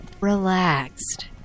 relaxed